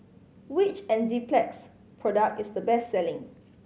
which Enzyplex product is the best selling